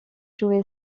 joué